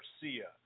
garcia